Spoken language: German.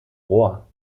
rohr